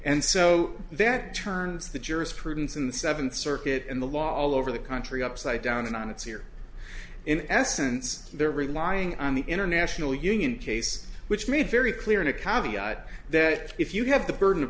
and so that turns the jurisprudence in the seventh circuit and the law all over the country upside down and on its ear in essence they're relying on the international union case which made very clear in a caviar that if you have the burden of